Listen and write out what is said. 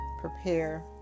prepare